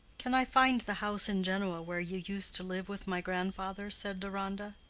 can i find the house in genoa where you used to live with my grandfather? said deronda.